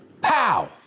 pow